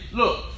look